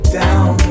down